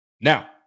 Now